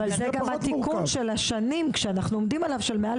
אבל זה גם התיקון של השנים שאנחנו עומדים עליו של מעל